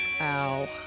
Ow